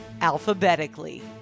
alphabetically